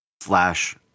Flash